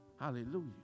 Hallelujah